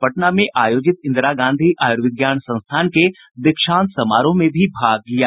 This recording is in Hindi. श्री टंडन ने आज पटना में आयोजित इंदिरा गांधी आयूर्विज्ञान संस्थान के दीक्षांत समारोह में भी भाग लिया